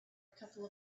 couple